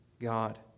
God